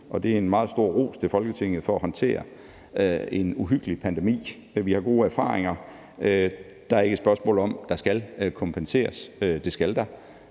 det er en meget stor ros til Folketinget for at håndtere en uhyggelig pandemi. Men vi har gode erfaringer. Det er ikke et spørgsmål om, om der skal kompenseres, for det skal der,